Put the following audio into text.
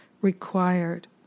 required